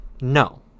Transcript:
No